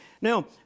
Now